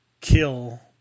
kill